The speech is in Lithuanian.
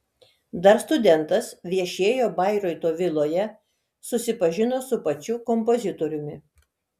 dar studentas viešėjo bairoito viloje susipažino su pačiu kompozitoriumi